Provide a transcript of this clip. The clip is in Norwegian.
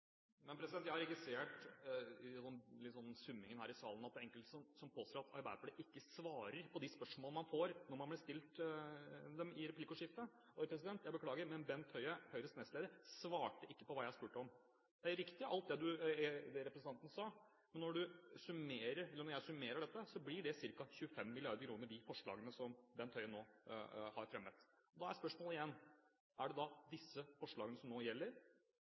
Jeg har registrert, det har vært litt summing her i salen, at det er enkelte som påstår at Arbeiderpartiet ikke svarer på spørsmålene man blir stilt i replikkordskifter. Jeg beklager, men Bent Høie, Høyres nestleder, svarte ikke på det jeg spurte om. Det er riktig alt det representanten sa, men når jeg summerer dette, blir de forslagene som Bent Høie nå har fremmet, ca. 25 mrd. kr. Da er spørsmålet igjen: Er det disse forslagene som nå gjelder?